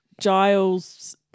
Giles